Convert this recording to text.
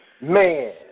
Man